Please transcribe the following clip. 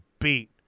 beat